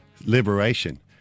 liberation